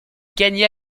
gagna